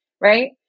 right